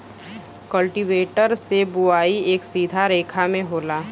cultivator से बोवाई एक सीधा रेखा में होला